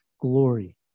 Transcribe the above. glory